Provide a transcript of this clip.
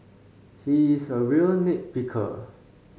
he is a real nit picker